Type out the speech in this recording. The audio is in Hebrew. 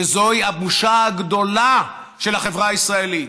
וזוהי הבושה הגדולה של החברה הישראלית.